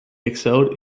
excelled